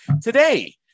today